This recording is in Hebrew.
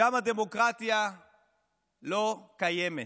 שם הדמוקרטיה לא קיימת.